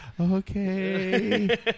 okay